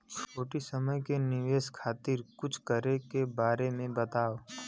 छोटी समय के निवेश खातिर कुछ करे के बारे मे बताव?